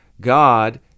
God